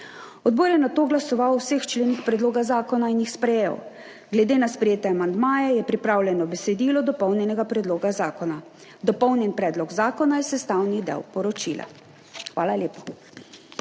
Odbor je nato glasoval o vseh členih predloga zakona in jih sprejel. Glede na sprejete amandmaje je pripravljeno besedilo dopolnjenega predloga zakona. Dopolnjeni predlog zakona je sestavni del poročila. Hvala lepa.